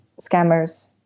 scammers